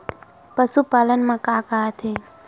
पशुपालन मा का का आथे?